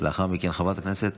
לאחר מכן, חברת הכנסת